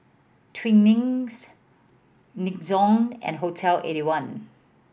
Twinings Nixon and Hotel Eighty one